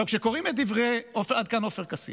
עד כאן דברי עופר כסיף.